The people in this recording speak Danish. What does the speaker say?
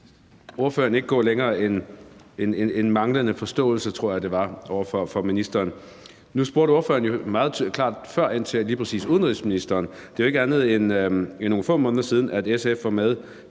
ordføreren ikke gå længere end til at udtrykke en manglende forståelse, tror jeg var ordene, over for ministeren. Nu spurgte ordføreren før jo meget klart ind til lige præcis det med udenrigsministeren. Det er jo ikke andet end nogle få måneder siden, SF var med